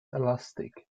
elastic